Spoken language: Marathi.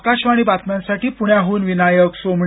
आकाशवाणी बातम्यांसाठी प्ण्याहन विनायक सोमणी